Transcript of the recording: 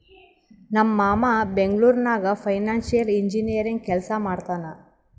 ನಮ್ ಮಾಮಾ ಬೆಂಗ್ಳೂರ್ ನಾಗ್ ಫೈನಾನ್ಸಿಯಲ್ ಇಂಜಿನಿಯರಿಂಗ್ ಕೆಲ್ಸಾ ಮಾಡ್ತಾನ್